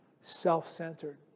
self-centered